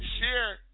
share